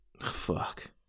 fuck